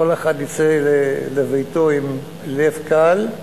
כל אחד יצא לביתו בלב קל,